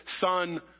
son